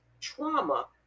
trauma